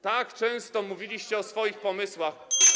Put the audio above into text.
Tak często mówiliście o swoich pomysłach.